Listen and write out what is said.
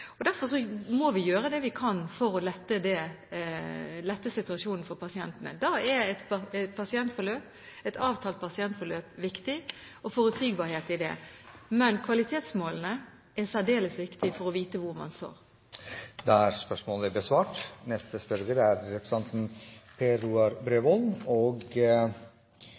og det kan slite på den enkelte å få en så alvorlig diagnose. Derfor må vi gjøre det vi kan for å lette situasjonen for pasientene. Da er et avtalt pasientforløp viktig – og det er forutsigbarhet i det. Men kvalitetsmålene er særdeles viktige for å vite hvor man står. Dette spørsmålet er utsatt til neste spørretime, da statsråden er bortreist. Neste spørrer er